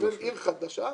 עיר חדשה,